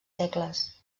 segles